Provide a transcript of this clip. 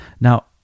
Now